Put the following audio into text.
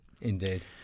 indeed